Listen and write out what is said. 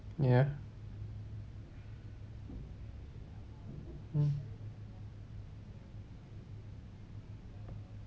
ya mm